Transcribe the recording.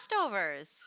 leftovers